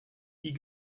die